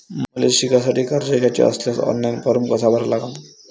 मले शिकासाठी कर्ज घ्याचे असल्यास ऑनलाईन फारम कसा भरा लागन?